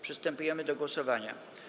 Przystępujemy do głosowania.